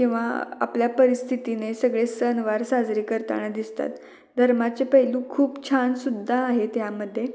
किंवा आपल्या परिस्थितीने सगळे सणवार साजरे करताना दिसतात धर्माचे पैलू खूप छानसुद्धा आहे त्यामध्ये